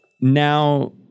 now